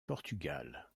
portugal